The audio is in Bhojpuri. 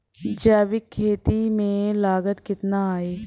जैविक खेती में लागत कितना आई?